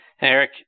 Eric